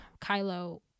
Kylo